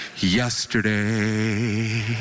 Yesterday